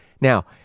Now